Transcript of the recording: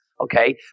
Okay